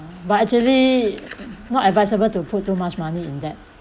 but actually not advisable to put too much money in that